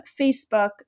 Facebook